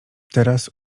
teraz